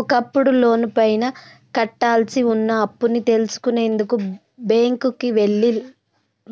ఒకప్పుడు లోనుపైన కట్టాల్సి వున్న అప్పుని తెలుసుకునేందుకు బ్యేంకుకి